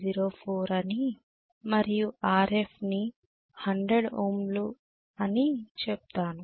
04 అని మరియు Rf ని 100 Ω లు అని చెప్తాను